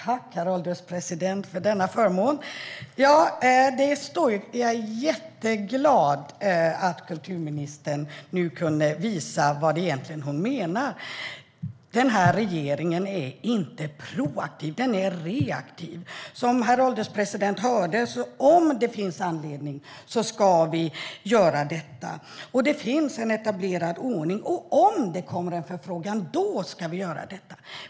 Herr ålderspresident! Jag är jätteglad över att kulturministern nu kunde visa vad hon egentligen menar. Den här regeringen är inte proaktiv, den är reaktiv. Som herr ålderspresident hörde ska vi, om det finns anledning, göra detta. Det finns också en etablerad ordning. Och om det kommer en förfrågan ska vi göra detta.